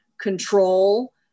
control